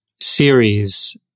series